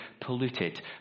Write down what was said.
polluted